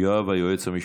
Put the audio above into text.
יואב היועץ המשפטי.